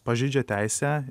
pažeidžia teisę